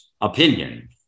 opinion